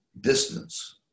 distance